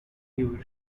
you